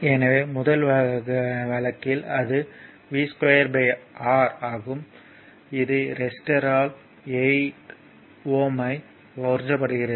எனவே முதல் வழக்கில் அது V2R ஆகும் இது ரெசிஸ்டர்யால் 8 Ω ஐ உறிஞ்சப்படுகிறது